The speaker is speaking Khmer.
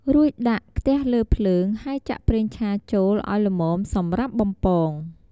រួចដាក់ខ្ទះលើភ្លើង ហើយចាក់ប្រេងឆាចូលឲ្យល្មមសម្រាប់បំពង។